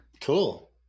Cool